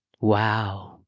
Wow